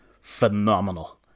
phenomenal